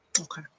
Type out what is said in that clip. Okay